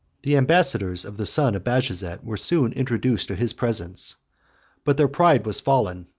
the ambassadors of the son of bajazet were soon introduced to his presence but their pride was fallen,